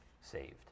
saved